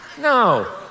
No